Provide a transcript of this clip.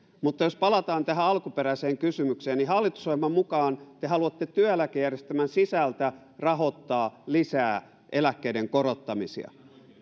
mutta jos palataan tähän alkuperäiseen kysymykseen niin hallitusohjelman mukaan te haluatte työeläkejärjestelmän sisältä rahoittaa lisää eläkkeiden korottamisia